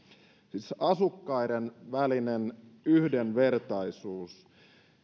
asukkaiden välinen yhdenvertaisuus